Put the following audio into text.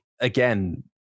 again